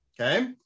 Okay